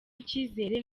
icyizere